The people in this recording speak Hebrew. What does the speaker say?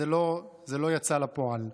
זה לא יצא לפועל.